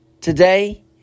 today